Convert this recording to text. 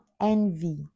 envy